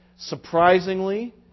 Surprisingly